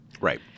Right